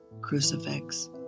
crucifix